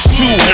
two